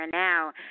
Now